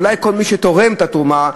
אולי מי שתורם את התרומה,